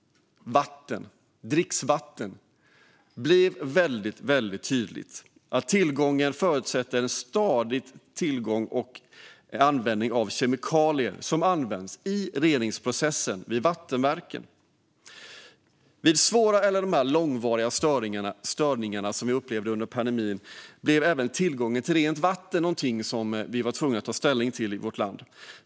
Det blir väldigt tydligt att tillgången till dricksvatten förutsätter en stadig tillgång till kemikalier som används i reningsprocessen vid vattenverken. Vid svåra eller långvariga störningar som vi upplevde under pandemin blev även tillgången till rent vatten någonting som vi var tvungna att ta ställning till i vårt land.